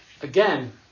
again